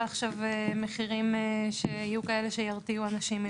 עכשיו מחירים שיהיו כאלה שירתיעו אנשים.